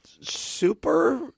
super